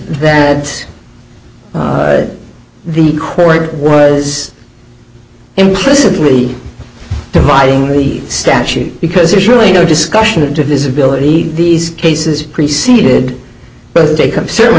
that the court was implicitly dividing the statute because there's really no discussion of divisibility these cases preceded but they come certainly